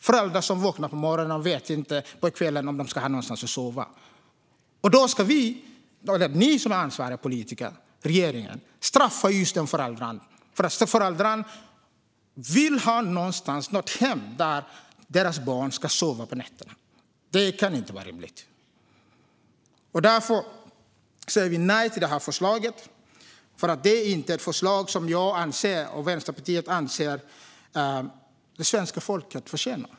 Föräldrarna vaknar på morgonen och vet inte om de kommer att ha någonstans att sova på kvällen. Ni som är ansvariga politiker - regeringen - ska straffa just dessa föräldrar. Det kan inte vara rimligt. Föräldrar vill ha ett hem där deras barn kan sova på nätterna. Därför säger vi nej till detta förslag. Det är inte ett förslag som jag och Vänsterpartiet anser att det svenska folket förtjänar.